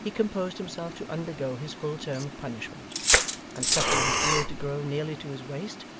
he composed himself to undergo his full term of punishment and suffering his beard to grow nearly to his waist,